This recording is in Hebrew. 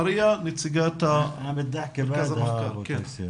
מריה, נציגת מרכז המחקר, בבקשה.